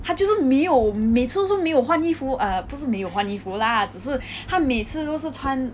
他就是没有每次都是没有换衣服 err 不是没有换衣服啦只是他每次都是穿